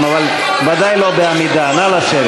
התחלתי לדבר.